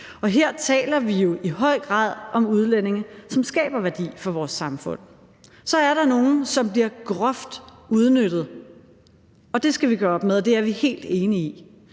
og her taler vi jo i høj grad om udlændinge, som skaber værdi for vores samfund. Så er der nogle, som bliver groft udnyttet, og det skal vi gøre op med; det er vi helt enige i.